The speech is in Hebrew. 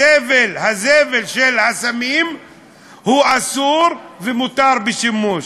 הזבל, הזבל של הסמים הוא אסור, ומותר בשימוש.